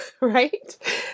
right